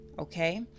Okay